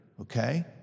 okay